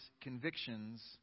convictions